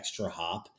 ExtraHop